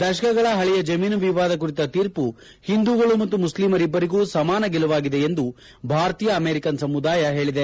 ದಶಕಗಳ ಪಳೆಯ ಜಮೀನು ವಿವಾದ ಕುರಿತ ಶೀರ್ಮ ಒಂದೂಗಳು ಮತ್ತು ಮುಷ್ಲಿಮರಿಬ್ಬರಿಗೂ ಸಮಾನ ಗೆಲುವಾಗಿದೆ ಎಂದು ಭಾರತೀಯ ಅಮೆರಿಕನ್ ಸಮುದಾಯ ಪೇಳಿದೆ